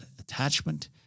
attachment